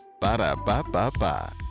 Ba-da-ba-ba-ba